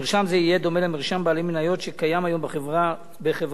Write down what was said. מרשם זה יהיה דומה למרשם בעלי מניות שקיים היום בחברה הציבורית.